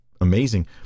amazing